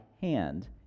hand